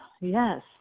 yes